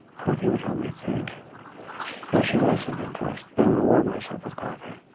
coffee would help me think but i should write something first then reward myself with coffee